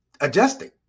Adjusting